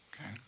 Okay